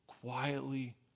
quietly